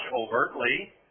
overtly